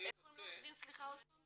איך קוראים לעורך הדין עוד פעם?